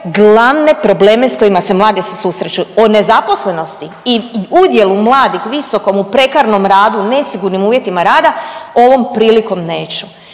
glavne probleme s kojima se mladi susreću. O nezaposlenosti i udjelu mladih visokom u prekarnom radu, u nesigurnim uvjetima rada ovom prilikom neću.